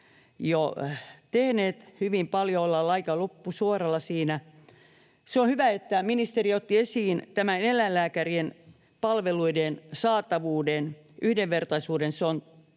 paljon, ollaan aika loppusuoralla siinä. Se on hyvä, että ministeri otti esiin tämän eläinlääkärien palveluiden saatavuuden yhdenvertaisuuden.